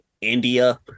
India